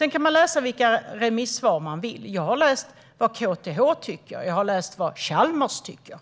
Man kan läsa vilka remissvar man vill. Jag har läst vad KTH tycker. Jag har läst vad Chalmers tycker.